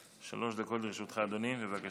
שלוש דקות לרשותך, אדוני, בבקשה.